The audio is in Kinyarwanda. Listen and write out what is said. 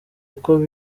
uko